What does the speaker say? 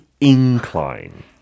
incline